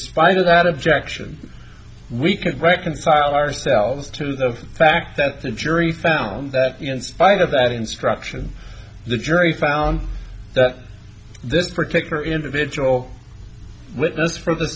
spite of that objection we could reconcile ourselves to the fact that the jury found that in spite of that instruction the jury found that this particular individual witness for the